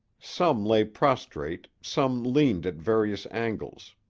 some lay prostrate, some leaned at various angles,